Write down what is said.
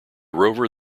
rover